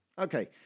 Okay